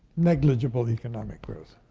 negligible economic growth.